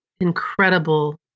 incredible